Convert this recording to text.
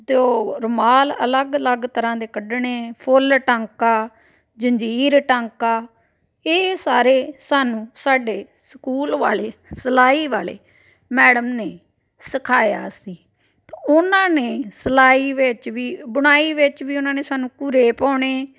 ਅਤੇ ਉਹ ਰੁਮਾਲ ਅਲੱਗ ਅਲੱਗ ਤਰ੍ਹਾਂ ਦੇ ਕੱਢਣੇ ਫੁੱਲ ਟਾਂਕਾ ਜੰਜੀਰ ਟਾਂਕਾ ਇਹ ਸਾਰੇ ਸਾਨੂੰ ਸਾਡੇ ਸਕੂਲ ਵਾਲੇ ਸਿਲਾਈ ਵਾਲੇ ਮੈਡਮ ਨੇ ਸਿਖਾਇਆ ਸੀ ਉਹਨਾਂ ਨੇ ਸਿਲਾਈ ਵਿੱਚ ਵੀ ਬੁਣਾਈ ਵਿੱਚ ਵੀ ਉਹਨਾਂ ਨੇ ਸਾਨੂੰ ਭੂਰੇ ਪਾਉਣੇ